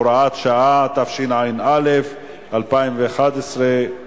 (הוראת שעה), התשע"א 2011,